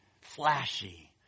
flashy